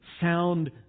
sound